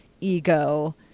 ego